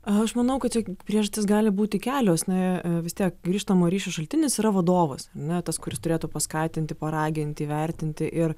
aš manau kad priežastys gali būti kelios na vis tiek grįžtamojo ryšio šaltinis yra vadovas ar ne tas kuris turėtų paskatinti paraginti įvertinti ir